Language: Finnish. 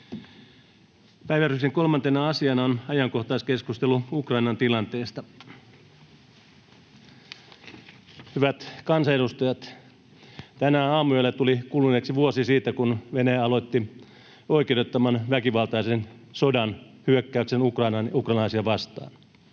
Päiväjärjestyksen 3. asiana on ajankohtaiskeskustelu Ukrainan tilanteesta. Hyvät kansanedustajat! Tänään aamuyöllä tuli kuluneeksi vuosi siitä, kun Venäjä aloit-ti oikeudettoman väkivaltaisen sodan, hyökkäyksen Ukrainaan